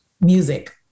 music